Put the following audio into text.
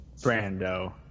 Brando